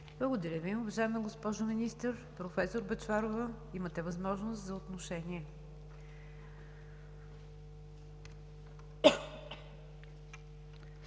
Благодаря Ви, уважаема госпожо Министър. Професор Бъчварова, имате възможност за отношение.